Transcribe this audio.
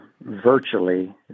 virtually